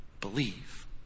Believe